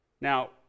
Now